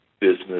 business